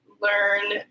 learn